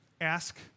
Ask